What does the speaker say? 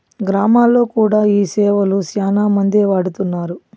గ్రామాల్లో కూడా ఈ సేవలు శ్యానా మందే వాడుతున్నారు